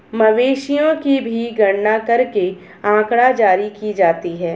मवेशियों की भी गणना करके आँकड़ा जारी की जाती है